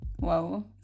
Wow